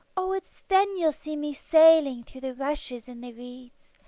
o it's then you'll see me sailing through the rushes and the reeds,